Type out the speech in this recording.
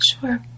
Sure